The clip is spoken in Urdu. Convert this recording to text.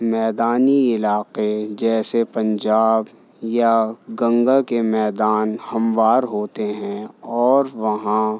میدانی علاقے جیسے پنجاب یا گنگا کے میدان ہموار ہوتے ہیں اور وہاں